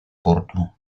portu